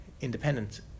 independent